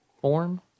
form